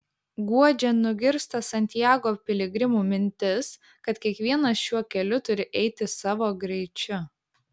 guodžia nugirsta santiago piligrimų mintis kad kiekvienas šiuo keliu turi eiti savo greičiu